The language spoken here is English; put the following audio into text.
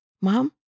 Mom